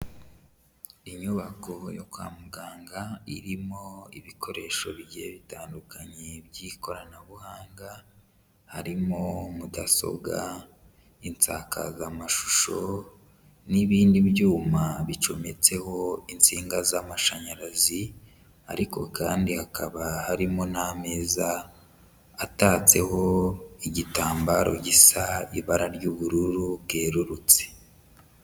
Inyubako yo kwa muganga irimo ibikoresho bigiye bitandukanye by'ikoranabuhanga, harimo mudasobwa, insakazamashusho n'ibindi byuma bicometseho insinga z'amashanyarazi ariko kandi hakaba harimo n'ameza atatseho igitambaro gisa ibara ry'ubururu bwerurutse.